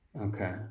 Okay